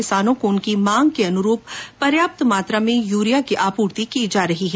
किसानों को उनकी मांग के अनुरुप पर्याप्त मात्रा में यूरिया की आपूर्ति की जा रही है